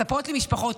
כך מספרות לי משפחות.